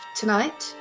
tonight